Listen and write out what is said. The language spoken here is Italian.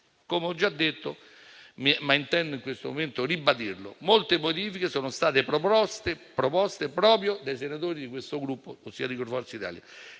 Come ho già detto (ma intendo in questo momento ribadirlo) molte modifiche sono state proposte proprio dai senatori del Gruppo Forza Italia,